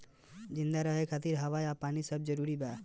जिंदा रहे खातिर हवा आ पानी सब जरूरी बा